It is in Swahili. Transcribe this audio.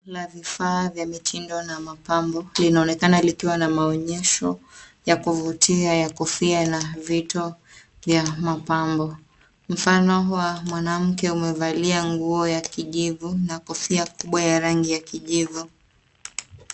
Kuna vifaa vya mitindo na mapambo linaonekana likiwa na maonyesho ya kuvutia ya kofia na vito vya mapambo. Mfano wa mwanamke amevalia nguo ya kijivu na kofia kubwa ya rangi ya kijivu.